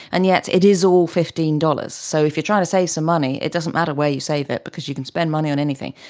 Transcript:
and yet it is all fifteen dollars. so if you're trying to save some money, it doesn't matter where you save it because you can spend money on anything.